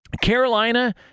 Carolina